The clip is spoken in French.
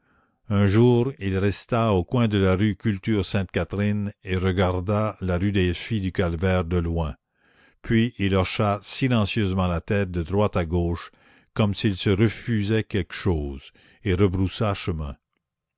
un jour il resta au coin de la rue culture sainte catherine et regarda la rue des filles du calvaire de loin puis il hocha silencieusement la tête de droite à gauche comme s'il se refusait quelque chose et rebroussa chemin